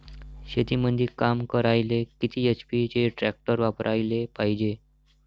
शेतीमंदी काम करायले किती एच.पी चे ट्रॅक्टर वापरायले पायजे?